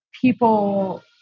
people